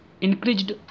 increased